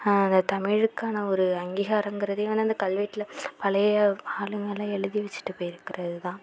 அந்த தமிழுக்கான ஒரு அங்கீகாரங்கிறதே வந்து அந்த கல்வெட்டில் பழைய ஆளுங்கலாம் எழுதி வச்சிவிட்டு போயிருக்கிறது தான்